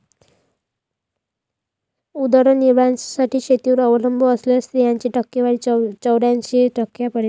उदरनिर्वाहासाठी शेतीवर अवलंबून असलेल्या स्त्रियांची टक्केवारी चौऱ्याऐंशी टक्क्यांपर्यंत